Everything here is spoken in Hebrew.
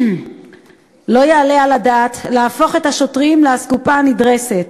לא יעלה על הדעת להפוך את השוטרים לאסקופה הנדרסת.